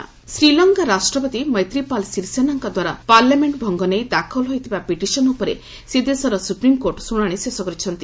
ଲଙ୍କା SC Sri Lanka ରାଷ୍ଟ୍ରପତି ମୈତ୍ରିପାଲ ସିରିସେନାଙ୍କ ଦ୍ୱାରା ପାର୍ଲାମେଣ୍ଟ ଭଙ୍ଗ ନେଇ ଦାଖଲ ହୋଇଥିବା ପିଟିସନ ଉପରେ ସେଦେଶର ସ୍ରପ୍ରିମକୋର୍ଟ ଶୁଣାଣି ଶେଷ କରିଛନ୍ତି